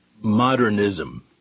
modernism